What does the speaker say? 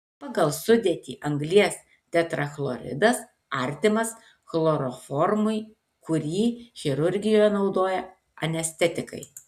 pagal sudėtį anglies tetrachloridas artimas chloroformui kurį chirurgijoje naudoja anestetikai